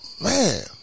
man